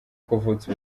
kuvutsa